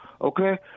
okay